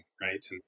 right